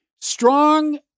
strong